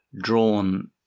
drawn